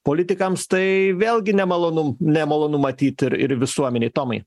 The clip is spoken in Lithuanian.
politikams tai vėlgi nemalonu nemalonu matyt ir ir visuomenėj tomai